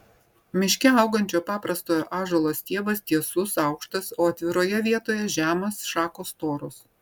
miške augančio paprastojo ąžuolo stiebas tiesus aukštas o atviroje vietoje žemas šakos storos